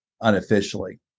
unofficially